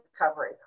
recovery